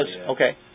Okay